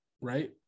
Right